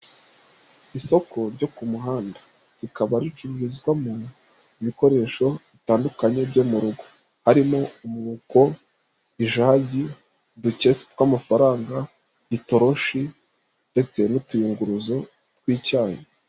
Isoko ryo ku muhanda, rikaba ricururizwamo ibikoresho bitandukanye, byo mu rugo harimo umwuko, ijagi, udukeis tw'amafaranga, itoroshi, ndetse n'utuyunguruzo tw'icyayi.